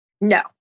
No